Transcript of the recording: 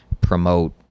promote